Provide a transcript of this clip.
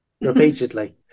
repeatedly